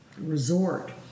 resort